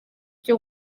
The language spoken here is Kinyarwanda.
cyo